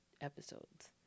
episodes